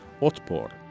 Otpor